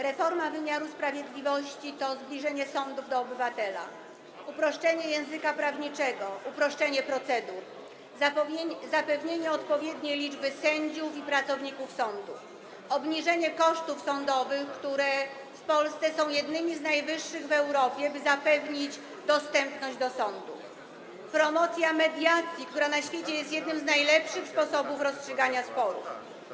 Reforma wymiaru sprawiedliwości to zbliżenie sądów do obywatela, uproszczenie języka prawniczego, uproszczenie procedur, zapewnienie odpowiedniej liczby sędziów i pracowników sądu, obniżenie kosztów sądowych, które w Polsce są jednymi z najwyższych w Europie, by zapewnić dostępność do sądu, promocja mediacji, która na świecie jest jednym z najlepszych sposobów rozstrzygania sporów.